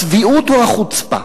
הצביעות או החוצפה.